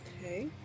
Okay